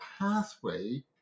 pathway